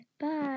bye